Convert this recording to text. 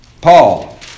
Paul